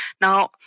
Now